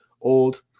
old